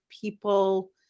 people